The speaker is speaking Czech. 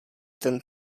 ten